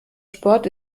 sport